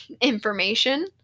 information